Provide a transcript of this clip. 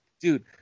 dude